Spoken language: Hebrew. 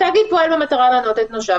התאגיד פועל במטרה להונות את נושיו,